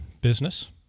business